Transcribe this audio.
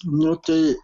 nu tai